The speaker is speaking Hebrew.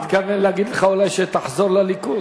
הוא התכוון להגיד לך אולי שתחזור לליכוד,